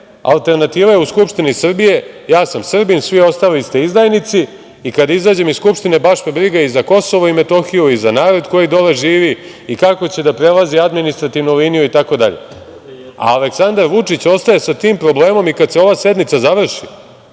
Alternativa je u Skupštini Srbije - ja sam Srbin, svi ostali ste izdajnici i kada izađem iz Skupštine baš me briga i za Kosovo i Metohiju i za narod koji dole živi i kako će da prelazi administrativnu liniju i tako dalje, a Aleksandar Vučić ostaje sa tim problemom i kada se ova sednica završi,